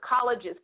colleges